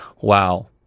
Wow